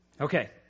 Okay